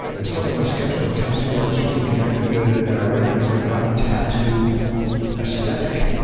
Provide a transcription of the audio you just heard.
the stuff in my sketchbook tattoo artist really connected with and i recognized i've got a tattoo aesthetic.